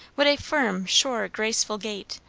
what a firm, sure, graceful gait!